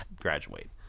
graduate